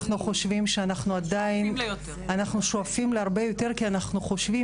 אנחנו שואפים להרבה יותר כי אנחנו חושבים